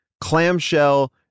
clamshell